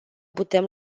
putem